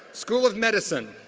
school of medicine.